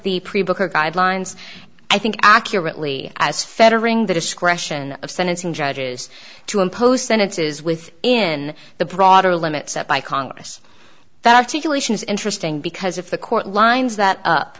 the pre book or guidelines i think accurately as federal the discretion of sentencing judges to impose sentences with in the broader limits set by congress that articulation is interesting because if the court lines that up